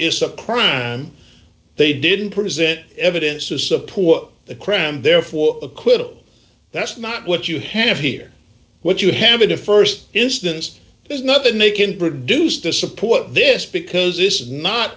it's a crime they didn't present evidence to support the cram therefore acquittal that's not what you have here what you have it to st instance there's nothing they can produce to support this because it's not